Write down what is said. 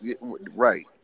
right